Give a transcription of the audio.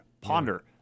ponder